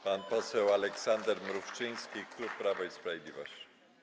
Pan poseł Aleksander Mrówczyński, klub Prawo i Sprawiedliwość.